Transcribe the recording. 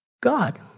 God